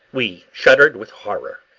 we shuddered with horror.